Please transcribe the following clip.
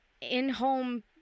in-home